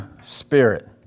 spirit